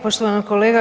Poštovani kolega.